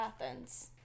Athens